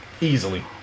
easily